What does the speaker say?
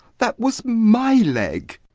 that was my leg!